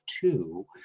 two